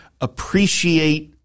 appreciate